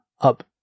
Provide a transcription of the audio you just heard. up